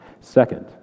Second